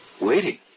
Waiting